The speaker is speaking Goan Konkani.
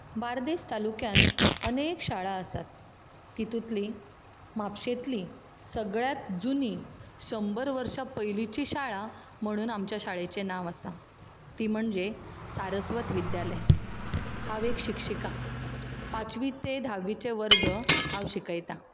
बार्देस तालुक्यांत अनेक शाळा आसात तितूंतली म्हापशेंतली सगळ्यांत जुनी शंबर वर्सां पयलींचीं शाळा म्हणून आमच्या शाळेचें नांव आसा ती म्हणजें सारस्वत विद्यालय हांव एक शिक्षिका पांचवी ते धावीचें वर्ग हांव शिकयता